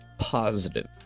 positive